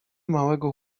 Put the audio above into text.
małego